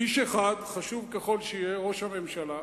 איש אחד, חשוב ככל שיהיה, ראש הממשלה,